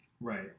Right